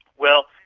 well,